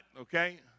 okay